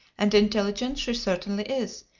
and intelligent she certainly is,